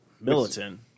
Militant